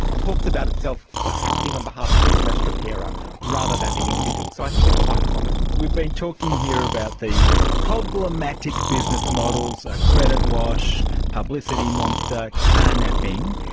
talks about itself acting on behalf of the smash repairer rather than the individual. so i think it's quite common. we've been talking here about these problematic problematic business models, ah credit wash, publicity monster, car-napping.